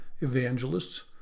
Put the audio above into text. evangelists